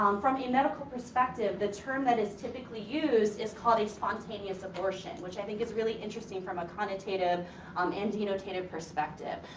um from the medical perspective, the term that is typically used is called a spontaneous abortion. which i think is really interesting from a connotative um and denotative perspective.